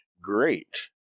great